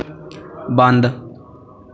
ਬੰਦ